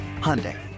Hyundai